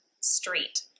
street